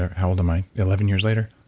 how old am i? eleven years later.